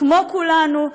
כמו כולנו,